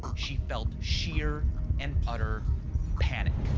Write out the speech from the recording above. she felt sheer and utter panic.